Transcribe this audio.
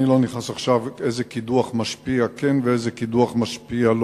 אני לא נכנס עכשיו לשאלה איזה קידוח משפיע ואיזה קידוח לא משפיע.